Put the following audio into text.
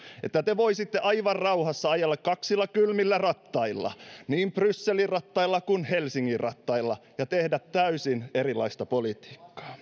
että te voisitte aivan rauhassa ajella kaksilla kylmillä rattailla niin brysselin rattailla kuin helsingin rattailla ja tehdä täysin erilaista politiikkaa